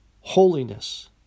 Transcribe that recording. holiness